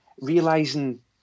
realizing